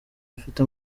afite